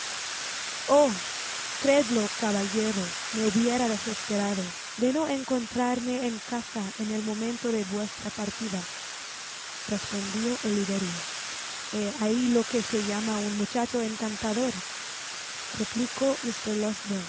creedlo caballero me hubiera desesperado de no encontrarme en casa en el momento de vuestra partida respondió oliverio eh ahi lo que se llama un muchacho encantador